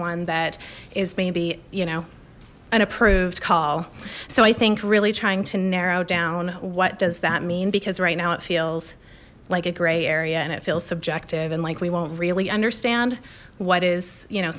one that is maybe you know an approved call so i think really trying to narrow down what does that mean because right now it feels like a gray area and it feels subjective and like we won't really understand what is you know